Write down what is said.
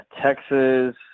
Texas